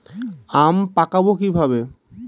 আম পাকাবো কিভাবে?